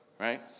Right